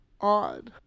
on